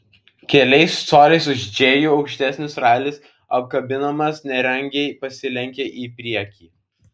keliais coliais už džėjų aukštesnis ralis apkabinamas nerangiai pasilenkė į priekį